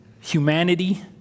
humanity